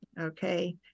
okay